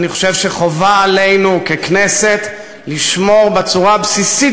אני חושב שחובה עלינו ככנסת לשמור בצורה הבסיסית